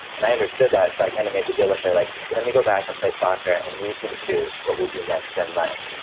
and i understood that so i kind of made the deal with her like let me go back and play soccer and you can choose what we do next in life.